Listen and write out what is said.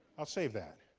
i'll save that.